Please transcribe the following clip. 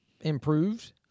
improved